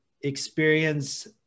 experience